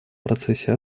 процессе